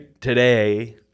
today